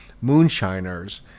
Moonshiners